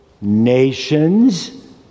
nations